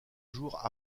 jours